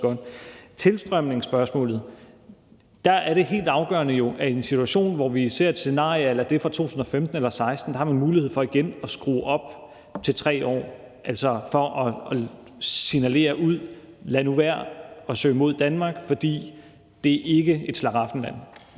tilstrømningsspørgsmålet er det helt afgørende jo, at i en situation, hvor vi ser et scenarie som det fra 2015 eller 2016, har man mulighed for igen at skrue det op til 3 år – altså for at sende et signal ud: Lad nu være med at søge til Danmark, for det er ikke et slaraffenland.